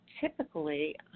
typically